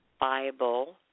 Bible